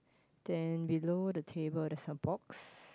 then below the table there's a box